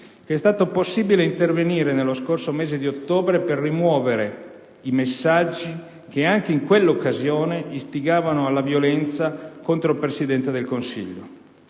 che è stato possibile intervenire nello scorso mese di ottobre per rimuovere i messaggi che, anche in quell'occasione, istigavano alla violenza contro il Presidente del Consiglio.